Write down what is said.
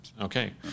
Okay